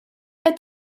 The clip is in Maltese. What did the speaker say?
qed